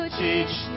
teach